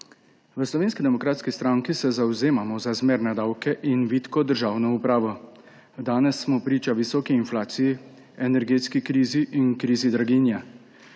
V Slovenski demokratski stranki se zavzemamo za zmerne davke in vitko državno upravo. Danes smo priča visoki inflaciji, energetski krizi in krizi draginje.